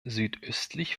südöstlich